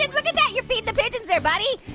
look at that, you're feeding the pigeons there, buddy.